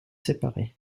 séparés